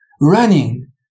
running